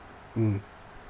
mm